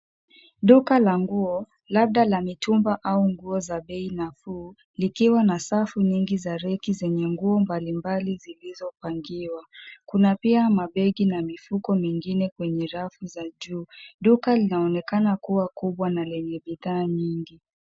Duka la nguo labda la mitumba au nguo za bei nafuu, likiwa na safu nyingi za reki zenye nguo mbalimbali zilizopangiwa. Kuna pia mabegi na mifuko mingine kwenye rafu za juu. Duka linaonekana kuwa kubwa na lenye bidhaa nyingi.